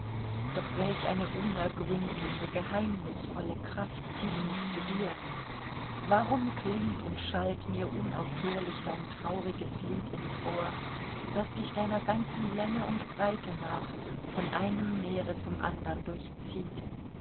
doch welch eine unergründliche geheimnisvolle kraft zieht mich zu dir warum klingt und schallt mir unaufhörlich dein trauriges lied ins ohr das dich deiner ganzen länge und breite nach vom einen meere zum andern durchzieht